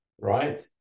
right